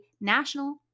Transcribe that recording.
national